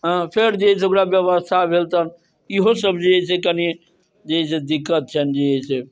अँ फेर जे है से ओकरा व्यवस्था भेल तहन इहो सब जे है से कनी जे है से दिक्कत छनि जे है से